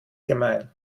gemein